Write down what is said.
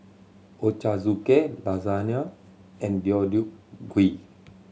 Ochazuke Lasagna and Deodeok Gui